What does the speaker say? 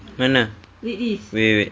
mana wait wait wait